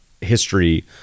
history